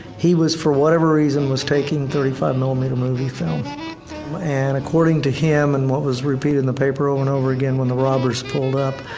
he was for whatever reason was taking thirty five millimeter movie film and according to him and what was repeated in the paper over and over again when the robbers pulled up,